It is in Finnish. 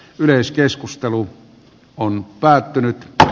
myös keskustelu on päättynyt